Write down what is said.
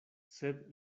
sed